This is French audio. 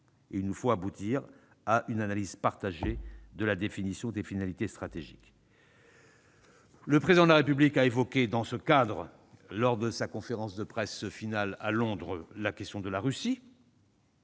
il nous faut aboutir à une analyse partagée de la définition des finalités stratégiques. Le Président de la République l'a rappelé lors de sa conférence de presse finale à Londres, la Russie